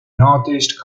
northeast